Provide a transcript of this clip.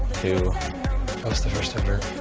to host the first ever